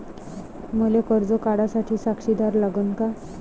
मले कर्ज काढा साठी साक्षीदार लागन का?